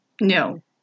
No